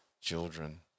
children